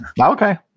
Okay